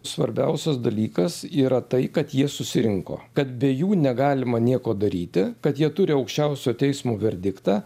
svarbiausias dalykas yra tai kad jie susirinko kad be jų negalima nieko daryti kad jie turi aukščiausio teismo verdiktą